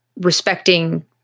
respecting